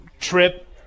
trip